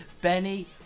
Benny